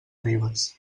ribes